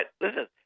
listen